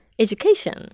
education